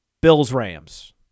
Bills-Rams